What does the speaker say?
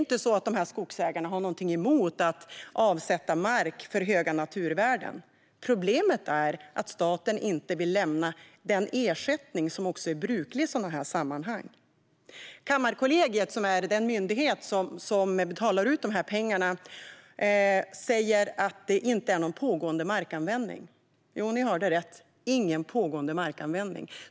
Dessa skogsägare har inget emot att avsätta mark för höga naturvärden, men problemet är att staten inte vill lämna den ersättning som är bruklig i sådana sammanhang. Kammarkollegiet, som är den myndighet som ska betala ut pengarna, säger att det inte finns någon pågående markanvändning. Jo, ni hörde rätt: Ingen pågående markanvändning.